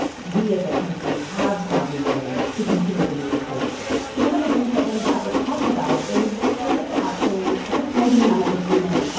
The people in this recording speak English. we as a country have found a way to continue to move forward one of the things that lynn vavreck talks about is there is actually a surprising amount of agreement.